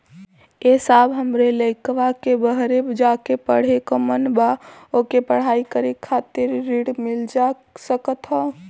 ए साहब हमरे लईकवा के बहरे जाके पढ़े क मन बा ओके पढ़ाई करे खातिर ऋण मिल जा सकत ह?